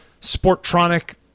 Sportronic